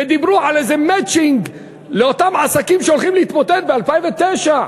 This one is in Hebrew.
ודיברו על איזה מצ'ינג לאותם עסקים שהולכים להתמוטט ב-2009.